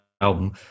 album